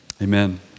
Amen